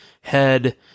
head